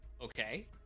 Okay